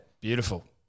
Beautiful